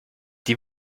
die